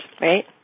right